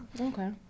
Okay